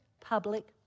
public